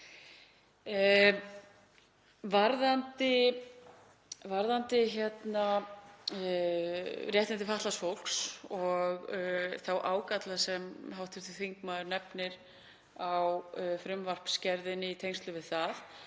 Varðandi réttindi fatlaðs fólks og þá ágalla sem hv. þingmaður nefnir á frumvarpsgerðinni í tengslum við þau